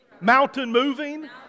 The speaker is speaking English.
mountain-moving